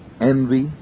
envy